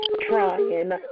trying